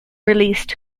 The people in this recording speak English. released